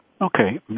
Okay